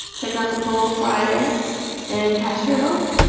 check out the poll friday and cast your vote